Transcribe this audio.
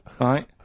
right